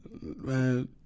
man